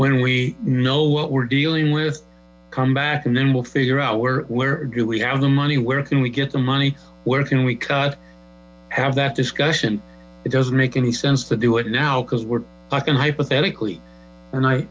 when we know wat we're dealing with come back and then we'll figure out where where do we have the money where can we get the money where can we cut have that discussion it doesn't make any sense to do it now because we're talking hypothetically and i